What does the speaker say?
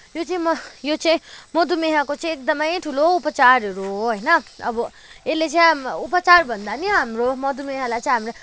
यो चाहिँ यो चाहिँ मधुमेहको चाहिँ एकदमै ठुलो उपचारहरू हो होइन अब यसले चाहिँ उपचार भन्दा पनि हाम्रो मधुमेहलाई चाहिँ हाम्रो